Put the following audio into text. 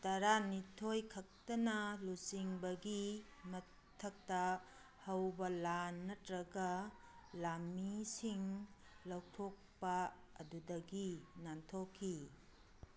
ꯇꯔꯥ ꯅꯤꯊꯣꯏ ꯈꯛꯇꯅ ꯂꯨꯆꯤꯟꯕꯒꯤ ꯃꯊꯛꯇ ꯍꯧꯕ ꯂꯥꯟ ꯅꯠꯇ꯭ꯔꯒ ꯂꯥꯟꯃꯤꯁꯤꯡ ꯂꯧꯊꯣꯛꯄ ꯑꯗꯨꯗꯒꯤ ꯅꯥꯟꯊꯣꯛꯈꯤ